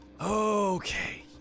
Okay